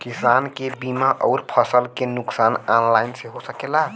किसान के बीमा अउर फसल के नुकसान ऑनलाइन से हो सकेला?